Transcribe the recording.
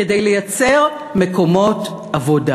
כדי לייצר מקומות עבודה.